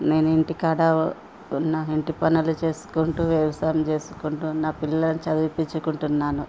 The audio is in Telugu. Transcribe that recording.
నేను ఇంటికాడ నా ఇంటి పనులు చేసుకుంటూ వ్యవసాయం చేసుకుంటూ నా పిల్లల్ని చదివించుకుంటున్నాను